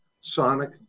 sonic